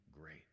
great